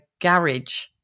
garage